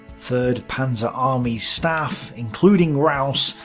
third panzer army's staff, including raus,